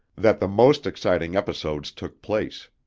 that the most exciting episodes took place.